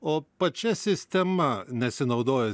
o pačia sistema nesinaudoja